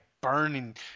burning